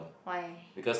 why